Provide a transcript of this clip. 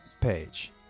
page